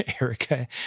Erica